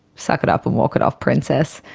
suck it up and walk it off princess.